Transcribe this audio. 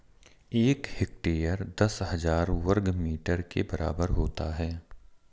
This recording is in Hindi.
एक हेक्टेयर दस हज़ार वर्ग मीटर के बराबर होता है